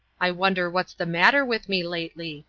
i wonder what's the matter with me lately?